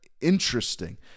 interesting